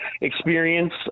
experience